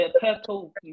purple